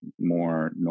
more